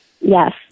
Yes